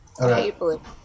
Okay